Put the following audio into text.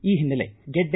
ಈ ಹಿನ್ನೆಲೆ ಗೆಡ್ಡೆ